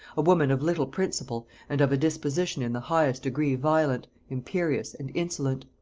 a woman of little principle and of a disposition in the highest degree violent, imperious, and insolent.